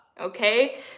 Okay